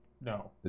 no